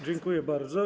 Dziękuję bardzo.